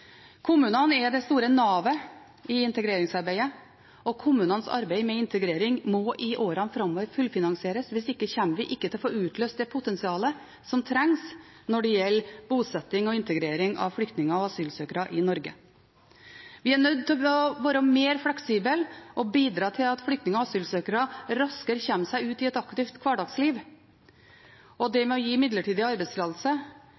Kommunene er det store navet i integreringsarbeidet, og kommunenes arbeid med integrering må i årene framover fullfinansieres, hvis ikke kommer vi ikke til å få utløst det potensialet som trengs når det gjelder bosetting og integrering av flyktninger og asylsøkere i Norge. Vi er nødt til å være mer fleksible og bidra til at flyktninger og asylsøkere raskere kommer seg ut i et aktivt hverdagsliv, og det å gi midlertidig arbeidstillatelse